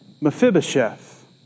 Mephibosheth